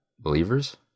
Believers